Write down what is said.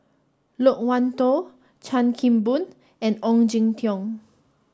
Loke Wan Tho Chan Kim Boon and Ong Jin Teong